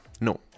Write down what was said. No